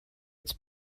its